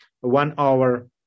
one-hour